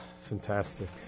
fantastic